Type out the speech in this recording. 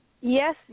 Yes